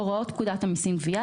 הוראת פקודת המסים (גבייה),